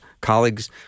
colleagues